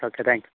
okay thanks